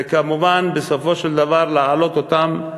וכמובן, בסופו של דבר להעלות אותם לארץ.